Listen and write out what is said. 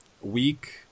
week